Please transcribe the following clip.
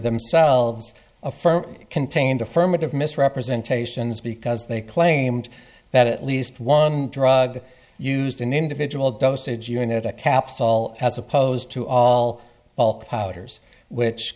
themselves a firm contained affirmative misrepresentations because they claimed that at least one drug used an individual dosage unit a capsule as opposed to all bulk potters which